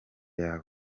yawe